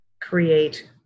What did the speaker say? create